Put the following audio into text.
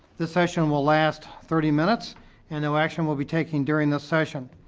this session will last thirty minutes and no action will be taking during this session.